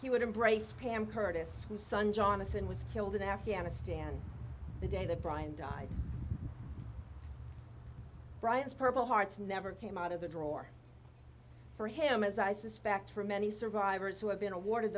he would embrace pam curtis whose son jonathan was killed in afghanistan the day that brian died brian's purple hearts never came out of the drawer for him as i suspect for many survivors who have been awarded